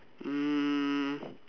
hmm